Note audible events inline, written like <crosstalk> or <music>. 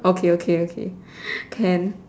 <laughs> okay okay okay can